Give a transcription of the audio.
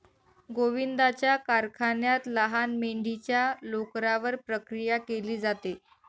गोविंदाच्या कारखान्यात लहान मेंढीच्या लोकरावर प्रक्रिया केली जाते